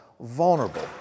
vulnerable